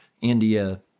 India